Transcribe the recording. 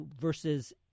versus